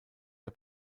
der